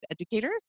educators